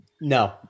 No